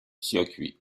circuit